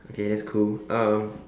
okay that's cool um